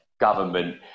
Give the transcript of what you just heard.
government